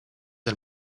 del